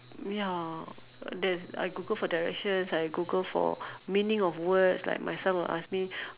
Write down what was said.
ya that's I Google for directions I Google for meaning of words like my son will ask me